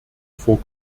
vor